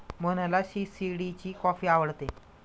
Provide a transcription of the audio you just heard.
मोहनला सी.सी.डी ची कॉफी आवडते